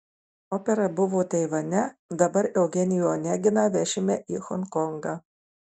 opera buvo taivane dabar eugenijų oneginą vešime į honkongą